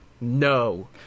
No